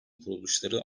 kuruluşları